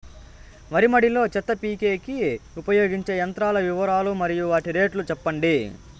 వరి మడి లో చెత్త పీకేకి ఉపయోగించే యంత్రాల వివరాలు మరియు వాటి రేట్లు చెప్పండి?